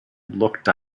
looked